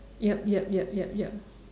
yup yup yup yup yup